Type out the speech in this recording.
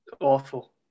Awful